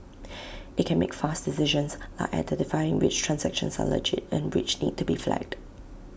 IT can make fast decisions like identifying which transactions are legit and which need to be flagged